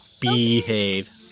Behave